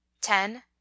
ten